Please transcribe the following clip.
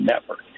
network